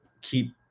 keep